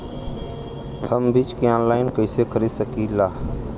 हम बीज के आनलाइन कइसे खरीद सकीला?